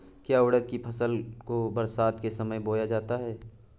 क्या उड़द की फसल को बरसात के समय बोया जाता है?